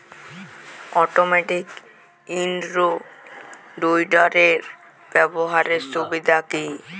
Automatic in row উইডারের ব্যবহারের সুবিধা কি?